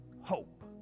hope